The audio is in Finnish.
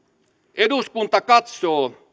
eduskunta katsoo